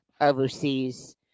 overseas